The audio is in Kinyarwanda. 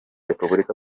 repubulika